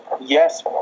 yes